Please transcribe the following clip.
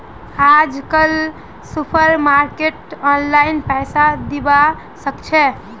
आजकल सुपरमार्केटत ऑनलाइन पैसा दिबा साकाछि